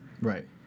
Right